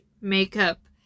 makeup